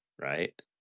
right